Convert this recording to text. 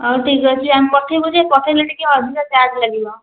ହଉ ଠିକ୍ ଅଛି ଆମ୍ ପଠାଇବୁ ଯେ ପଠାଇଲେ ଟିକେ ଅଧିକ ଚାର୍ଜ ଲାଗିବ